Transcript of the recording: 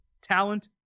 Talent